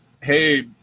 Hey